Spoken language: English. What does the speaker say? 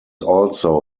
also